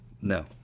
No